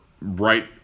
right